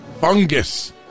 fungus